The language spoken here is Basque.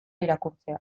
irakurtzea